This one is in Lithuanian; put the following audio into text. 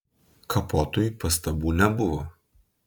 kapotui pastabų nebuvo